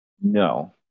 No